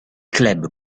club